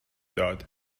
داد